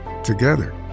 together